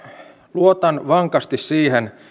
luotan vankasti siihen